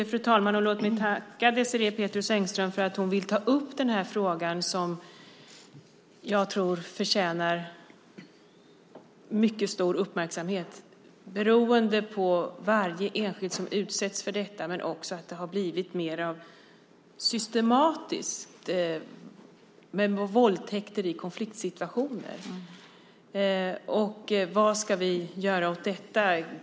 Fru talman! Låt mig tacka Désirée Pethrus Engström för att hon vill ta upp den här frågan, som jag tror förtjänar mycket stor uppmärksamhet med tanke på varje enskild som utsätts för detta men också därför att det har blivit mer systematiskt med våldtäkter i konfliktsituationer. Vad ska vi göra åt detta?